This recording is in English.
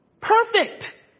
Perfect